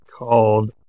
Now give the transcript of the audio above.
called